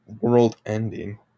world-ending